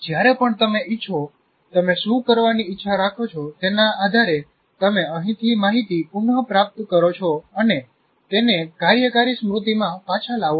જ્યારે પણ તમે ઇચ્છો તમે શું કરવાની ઇચ્છા રાખો છો તેના આધારે તમે અહીંથી માહિતી પુન પ્રાપ્ત કરો છો અને તેને કાર્યકારી સ્મૃતિમાં પાછા લાવો છો